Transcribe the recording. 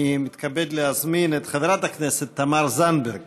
אני מתכבד להזמין את חברת הכנסת תמר זנדברג